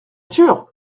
sûr